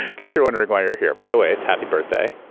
guess you're wondering why you're here. by the way, it's happy birthday.